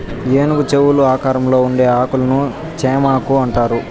ఏనుగు చెవుల ఆకారంలో ఉండే ఆకులను చేమాకు అంటారు